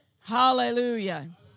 Hallelujah